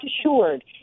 assured